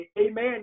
Amen